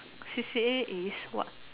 C_C_A is what